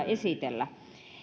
esitellä